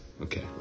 Okay